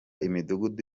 imidugudu